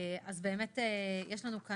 שלום,